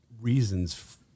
reasons